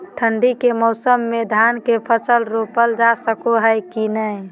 ठंडी के मौसम में धान के फसल रोपल जा सको है कि नय?